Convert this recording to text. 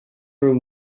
room